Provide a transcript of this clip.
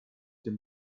dem